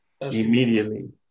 Immediately